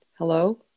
Hello